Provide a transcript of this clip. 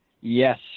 Yes